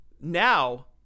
Now